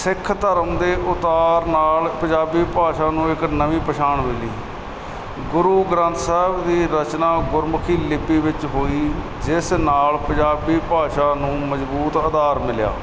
ਸਿੱਖ ਧਰਮ ਦੇ ਉਤਾਰ ਨਾਲ ਪੰਜਾਬੀ ਭਾਸ਼ਾ ਨੂੰ ਇੱਕ ਨਵੀਂ ਪਛਾਣ ਮਿਲੀ ਗੁਰੂ ਗ੍ਰੰਥ ਸਾਹਿਬ ਦੀ ਰਚਨਾ ਗੁਰਮੁਖੀ ਲਿਪੀ ਵਿਚ ਹੋਈ ਜਿਸ ਨਾਲ ਪੰਜਾਬੀ ਭਾਸਾ ਨੂ ਮਜਬੂਰ ਅਧਾਰ ਮਿਲਿਆ